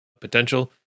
potential